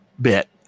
bit